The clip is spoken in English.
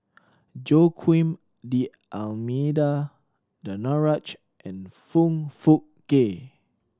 Joaquim D'Almeida Danaraj and Foong Fook Kay